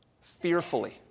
fearfully